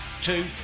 two